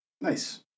Nice